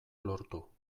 lortu